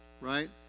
right